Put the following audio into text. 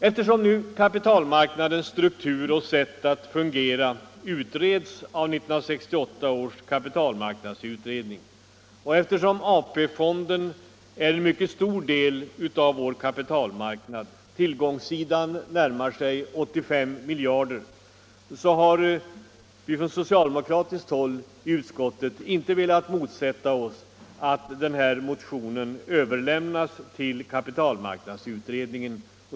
Eftersom nu kapitalmarknadens struktur och sätt att fungera utreds av 1968 års kapitalmarknadsutredning och eftersom AP-fonden utgör en mycket stor del av vår kapitalmarknad — tillgångssidan närmar sig 87 miljarder — har vi från socialdemokratiskt håll i utskottet inte velat motsätta oss att motionen överlämnas till kapitalmarknadsutredningen.